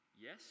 yes